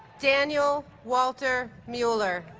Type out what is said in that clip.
daniel walter mueller